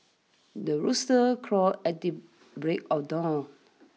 the rooster crows at the break of dawn